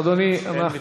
אדוני, אין התנגדות.